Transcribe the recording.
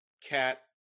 cat